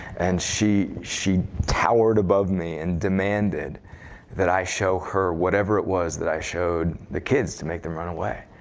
and she she towered above me and demanded that i show her whatever it was that i showed the kids to make them run away.